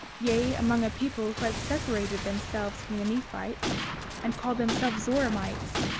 yea, among a people who had separated themselves from the nephites and called themselves zoramites,